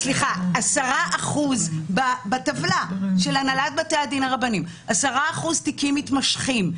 יש --- בטבלה של הנהלת בתי הדין הרבניים יש 10% תיקים משמשכים,